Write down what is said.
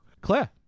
Claire